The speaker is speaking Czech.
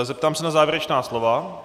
Zeptám se na závěrečná slova.